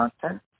content